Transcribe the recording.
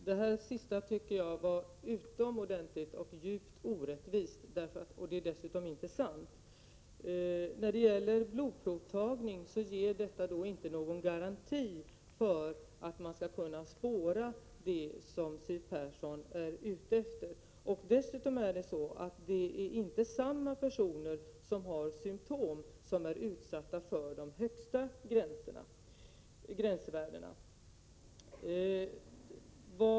Herr talman! Det sista uttalandet tycker jag var djupt orättvist — det är dessutom inte sant! Blodprovtagning ger inte någon garanti för att man skall kunna spåra det som Siw Persson är ute efter. Det är inte personer med symptom som är utsatta för de högsta gränsvärdena.